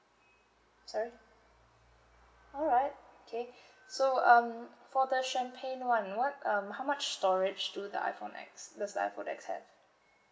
sorry alright okay so um for the champagne [one] what um how much storage do the iPhone X does the iPhone X have